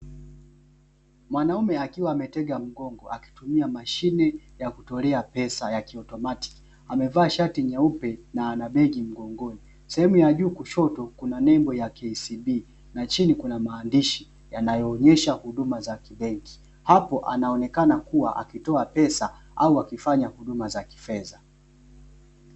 Mwanaume akiwa ametega mgongo akitumia mashine ya kutolea pesa ya kiotomatiki amevaa shati nyeupe na ana begi mgongoni. Sehemu ya juu kushoto kuna nembo ya KCB na chini kuna maandishi yanayoonyesha huduma za kibenki. Hapo anaonekana kuwa akitoa pesa au akifanya huduma za kifedha.